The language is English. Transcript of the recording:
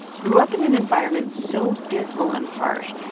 grew up in an environment so dismal and harsh,